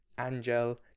Angel